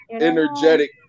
energetic